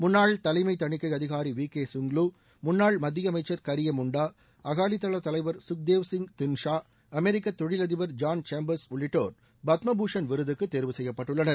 முன்னாள் தலைமை தணிக்கை அதிகாரி வி கே சுங்லூ முன்னாள் மத்திய அமைச்சர் கரியமுண்டா அகாவிதள தலைவர் கக்தேவ் சிங் தின்ஷா அமெரிக்க தொழிலதிபர் ஜான் சேம்பர்ஸ் உள்ளிட்டோர் பத்ம பூஷன் விருதக்கு தேர்வு செய்யப்பட்டுள்ளனர்